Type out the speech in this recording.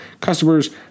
customers